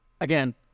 again